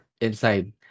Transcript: inside